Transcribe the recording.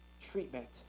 treatment